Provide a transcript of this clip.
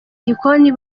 igikoni